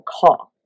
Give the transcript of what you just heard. call